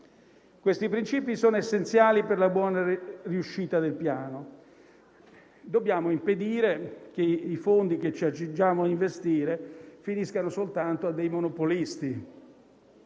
Questi principi sono essenziali per la buona riuscita del Piano. Dobbiamo impedire che i fondi che ci accingiamo a investire finiscano soltanto ai monopolisti.